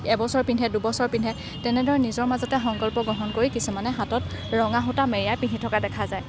এবছৰ পিন্ধে দুবছৰ পিন্ধে তেনেদৰে নিজৰ মাজতে কিছুমানে সংকল্প গ্ৰহণ কৰি হাতত ৰঙা সূতা মেৰিয়াই পিন্ধি থকা দেখা যায়